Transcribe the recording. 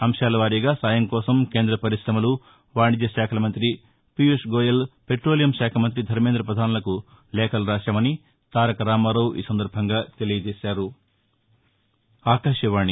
అంశాల వారీగా సాయం కోసం కేంద్ర పరిశమలు వాణిజ్య శాఖల మంతి పీయూష్ గోయల్ పెటోలియం శాఖ మంతి ధర్మేంద్రపధాన్లకు లేఖలు రాశామని తెలిపారు